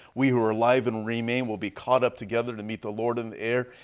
we who are alive and remain will be caught up together to meet the lord in the air.